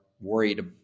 worried